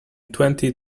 twenty